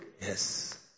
Yes